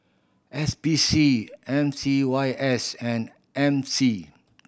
S P C M C Y S and M C